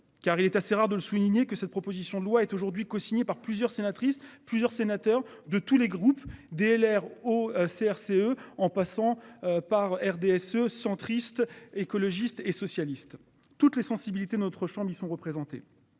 car il est assez rare de le souligner que cette proposition de loi est aujourd'hui co- signé par plusieurs sénatrice plusieurs sénateurs de tous les groupes DLR oh CRCE en passant par RDSE centristes, écologistes et socialistes toutes les sensibilités notre chambre y sont représentés.